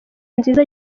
nziza